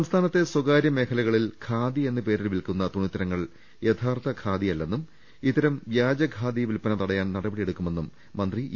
സംസ്ഥാനത്തെ സ്ഥകാര്യ മേഖലകളിൽ ഖാദി എന്ന പേരിൽ വിൽ ക്കുന്ന തുണിത്തരങ്ങൾ യഥാർത്ഥ ഖാദിയല്ലെന്നും ഇത്തരം വ്യാജ ഖാദി വിൽപ്പന തടയാൻ നടപടി എടുക്കുമെന്നും മന്ത്രി ഇ